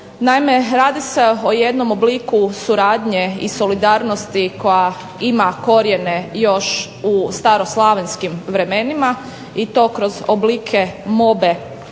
Naime, radi se o jednom obliku suradnje i solidarnosti koja ima korijene još u staroslavenskim vremenima i to kroz oblike